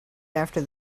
after